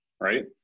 right